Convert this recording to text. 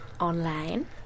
Online